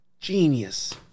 genius